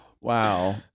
Wow